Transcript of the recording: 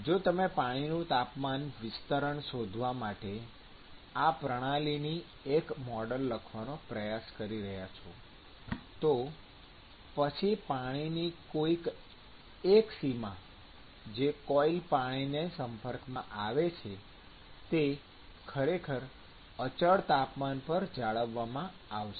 જો તમે પાણીનું તાપમાન વિતરણ શોધવા માટે આ પ્રણાલીનું એક મોડેલ લખવાનો પ્રયાસ કરી રહ્યાં છો તો પછી પાણી ની કોઈક એક સીમા જે કોઇલ પાણીને સંપર્કમાં આવે છે તે ખરેખર અચળ તાપમાન પર જાળવવામાં આવશે